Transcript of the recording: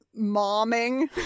momming